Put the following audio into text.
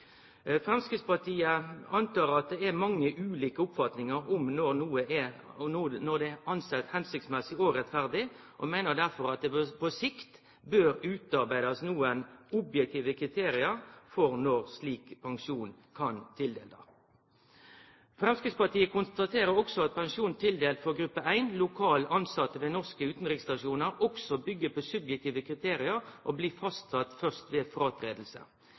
Framstegspartiet går ut frå at det er mange ulike oppfatningar av når ein vurderer noko som «hensiktsmessig og rettferdig», og meiner derfor at det på sikt bør utarbeidast nokre objektive kriterium for når slik pensjon kan tildelast. Framstegspartiet konstaterer også at pensjon tildelt for gruppe 1, lokalt tilsette ved norske utanriksstasjonar, byggjer på subjektive kriterium og blir fastsette først ved